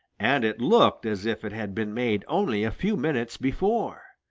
and it looked as if it had been made only a few minutes before.